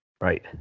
Right